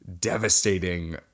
devastating